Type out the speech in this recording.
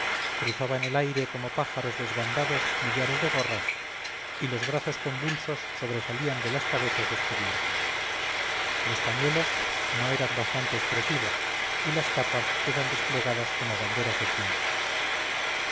espantoso cruzaban el aire como pájaros desbandados millares de gorras y los brazos convulsos sobresalían de las cabezas descubiertas los pañuelos no eran bastante expresivos y las capas eran desplegadas como banderas de triunfo